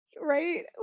right